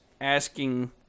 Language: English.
asking